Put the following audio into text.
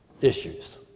issues